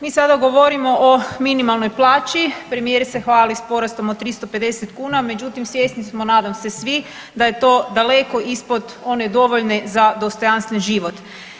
Mi sada govorimo o minimalnoj plaći, premijer se hvali s porastom od 350 kuna, međutim svjesni smo nadam se svi da je to daleko ispod one dovoljne za dostojanstven život.